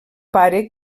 pare